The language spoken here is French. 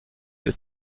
que